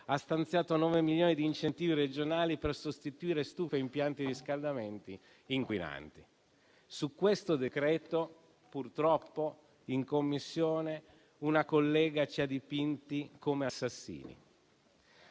ha stanziato 9 milioni di incentivi regionali per sostituire stufe e impianti di riscaldamento inquinanti. Su questo decreto purtroppo in Commissione una collega ci ha dipinti come assassini.